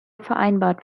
vereinbart